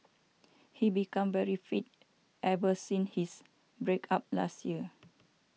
he became very fit everything his break up last year